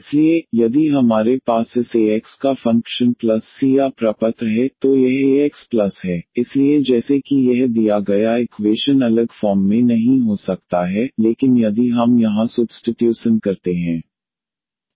इसलिए यदि हमारे पास इस ax का फ़ंक्शन प्लस c या प्रपत्र है तो यह ax प्लस है इसलिए जैसे कि यह दिया गया इक्वेशन अलग फॉर्म में नहीं हो सकता है लेकिन यदि हम यहां सुब्स्टित्युसन करते हैं